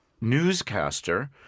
newscaster